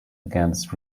against